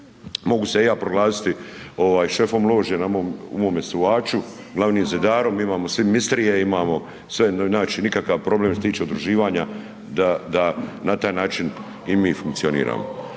mogu se i ja proglasiti šefom lože u mome Suhaču glavnim zidarom, imamo sve misterije, imamo sve, znači nikakav problem što se tiče udruživanja da na taj način i mi funkcioniramo.